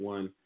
One